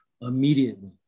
immediately